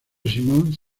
simmons